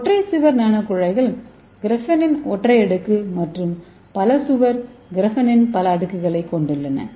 ஒற்றை சுவர் நானோகுழாய்கள் கிராபெனின் ஒற்றை அடுக்கு மற்றும் பல சுவர்கள் கிராபெனின் பல அடுக்குகளைக் கொண்டுள்ளன